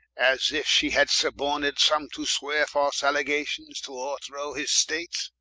as if she had suborned some to sweare false allegations, to o'rethrow his state